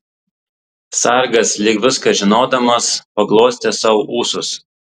sargas lyg viską žinodamas paglostė sau ūsus